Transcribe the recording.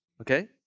Okay